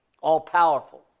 All-powerful